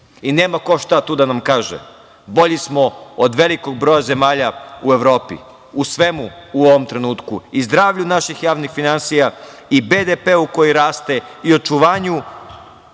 I nema ko šta tu da nam kaže. Bolji smo od velikog broja zemalja u Evropi, u svemu u ovom trenutku, i zdravlju naših javnih finansija i BDP-a koji raste i očuvanju